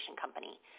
company